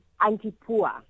anti-poor